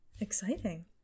Exciting